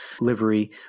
livery